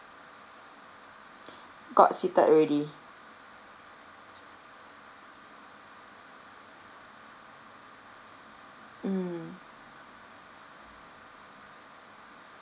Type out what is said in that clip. got seated already mm